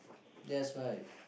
that's right